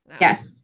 Yes